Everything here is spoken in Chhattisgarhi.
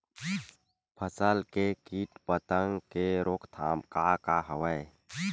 फसल के कीट पतंग के रोकथाम का का हवय?